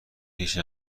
هیچ